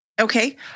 Okay